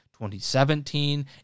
2017